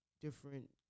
different